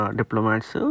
diplomats